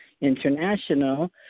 International